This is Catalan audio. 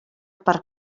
per